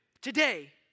today